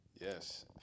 Yes